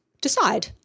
decide